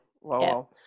Wow